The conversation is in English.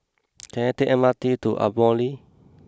can I take the M R T to Ardmore